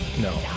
no